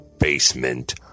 basement